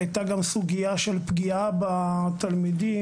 הייתה גם סוגיה של פגיעה בתלמידים,